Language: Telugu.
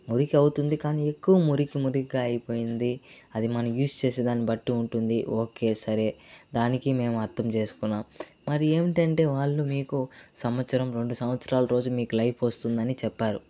మురికవుతుంది కానీ ఎక్కువ మురికి మురికిగా అయిపోయింది అది మనం యూస్ర్ చేసే దాని బట్టి ఉంటుంది ఓకే సరే దానికి మేము అర్ధం చేసుకున్నాం మరేమిటంటే వాళ్ళు మీకు సంవత్సరం రెండు సంవత్సరాల రోజు మీకు లైఫ్ర్ వస్తుందని చెప్పారు